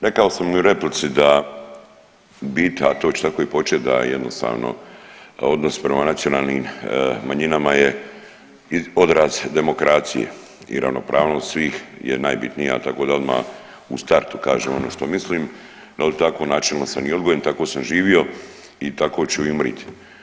Rekao sam i u replici da u biti, a to će tako i početi da jednostavno odnos prema nacionalnim manjinama je odraz demokracije i ravnopravnost svih je najbitnija, tako da odmah u startu kažem ono što mislim jel tako načelno sam i odgojen, tako sam živio i tako ću i umrit.